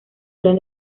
gran